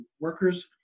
workers